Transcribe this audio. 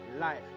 life